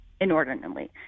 inordinately